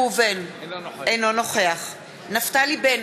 אינו נוכח אלי בן-דהן, נגד נפתלי בנט,